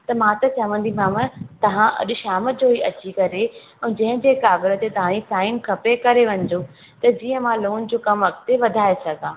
त मां त चवंदीमांव तव्हां अॾु शाम जो ई अची करे ऐं जंहिं जंहिं कागर ते तव्हांजी साइन खपे करे वञिजो त जीअं मां लोन जो कमु अगिते वधाए सघां